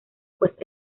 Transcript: pues